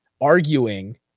arguing